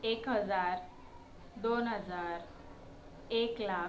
एक हजार दोन हजार एक लाख